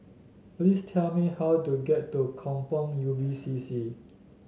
please tell me how to get to Kampong Ubi C C